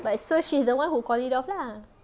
but so she's the one who called it off lah